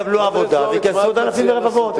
אז הם יקבלו עבודה וייכנסו עוד אלפים ורבבות.